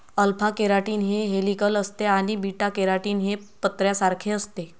alpha keratin हे helical असते आणि बीटा केराटीन हे पत्र्यासारखे असते